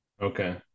Okay